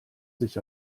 sich